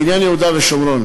בעניין יהודה ושומרון,